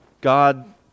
God